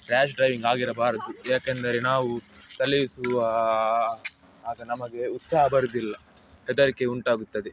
rash driving ಆಗಿರಬಾರದು ಯಾಕೆಂದರೆ ನಾವು ಚಲಿಸುವ ಆಗ ನಮಗೆ ಉತ್ಸಾಹ ಬರುವುದಿಲ್ಲ ಹೆದರಿಕೆ ಉಂಟಾಗುತ್ತದೆ